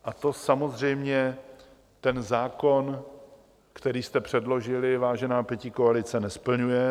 A to samozřejmě ten zákon, který jste předložili, vážená pětikoalice, nesplňuje.